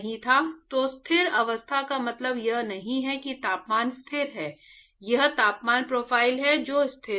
तो स्थिर अवस्था का मतलब यह नहीं है कि तापमान स्थिर है यह तापमान प्रोफ़ाइल है जो स्थिर है